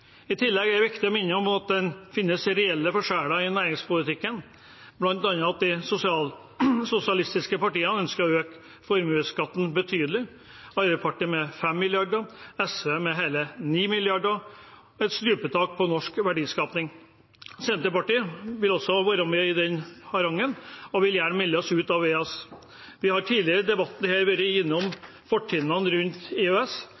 I tillegg er det viktig å minne om at det finnes reelle forskjeller i næringspolitikken, bl.a. at de sosialistiske partiene ønsker å øke formuesskatten betydelig, Arbeiderpartiet med 5 mrd. kr, SV med hele 9 mrd. kr – et strupetak på norsk verdiskaping. Senterpartiet vil også være med på den harangen og vil gjerne melde oss ut av EØS. Vi har tidligere i debatten her vært innom fortrinnene med EØS.